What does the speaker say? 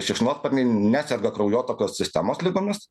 šikšnosparniai neserga kraujotakos sistemos ligomis